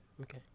Okay